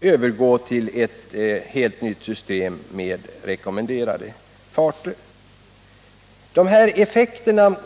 övergå till ett system med rekommenderade hastigheter.